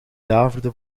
daverde